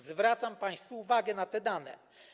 Zwracam państwu uwagę na te dane.